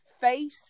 face